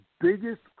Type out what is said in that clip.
biggest